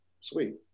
Sweet